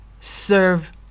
serve